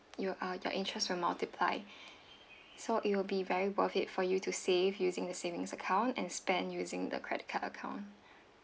you uh your interest will multiply so it will be very worth it for you to save using the savings account and spend using the credit card account